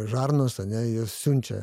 žarnos ane jos siunčia